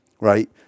right